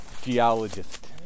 geologist